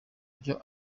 byo